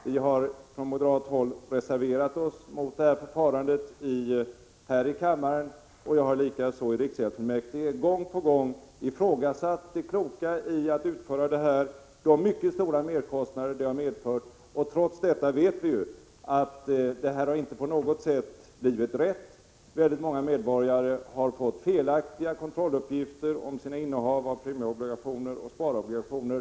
Vi har från moderat håll här i kammaren reserverat oss mot detta förfarande, och jag har likaså i riksgäldsfullmäktige gång på gång ifrågasatt det kloka i denna ordning. Uppgiftsinlämnandet har medfört mycket stora merkostnader, men trots detta vet vi ju att det här inte på något sätt har blivit bra. Många medborgare har fått felaktiga kontrolluppgifter angående sina innehav av premieobligationer och sparobligationer.